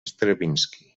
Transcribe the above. stravinski